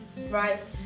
right